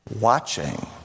watching